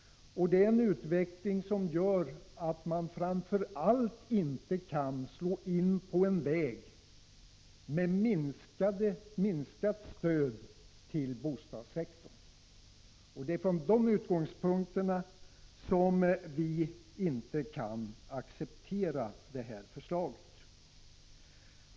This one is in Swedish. Med tanke på denna utveckling kan man framför allt inte slå in på en väg som leder till ett minskat stöd till bostadssektorn. Med dessa fakta som utgångspunkt kan vi inte acceptera det aktuella förslaget.